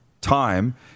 time